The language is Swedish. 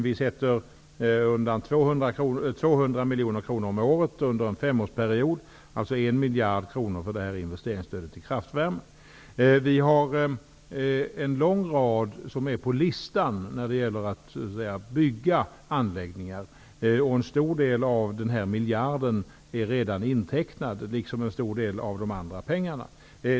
Vi sätter undan 200 miljoner kronor om året under en femårsperiod, alltså en miljard kronor, för investeringsstödet till kraftvärme. Vi har en lång lista med anläggningar som skall byggas, och en stor del av den här miljarden är redan intecknad, liksom en stor del av de andra pengarna.